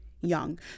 young